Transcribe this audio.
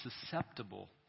susceptible